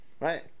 Right